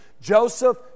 Joseph